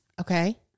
Okay